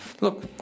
look